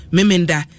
Memenda